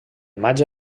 maig